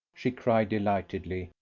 she cried delightedly,